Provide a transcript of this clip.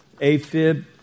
afib